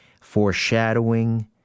foreshadowing